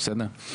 בסדר?